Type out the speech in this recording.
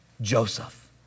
Joseph